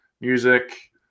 music